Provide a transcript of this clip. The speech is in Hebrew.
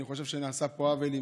אני חושב שנעשה פה עוול.